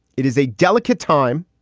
it is a delicate time.